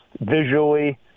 visually